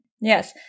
yes